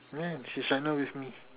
ranch you sign up with me